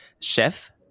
chef